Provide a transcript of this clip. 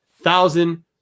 Thousand